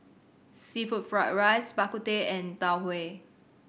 seafood fried rice Bak Kut Teh and Tau Huay